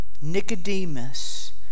Nicodemus